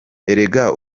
erega